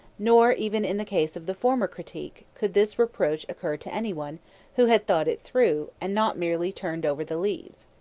nor even in the case of the former critique could this reproach occur to anyone who had thought it through and not merely turned over the leaves.